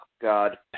God